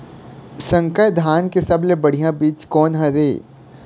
संकर धान के सबले बढ़िया बीज कोन हर ये?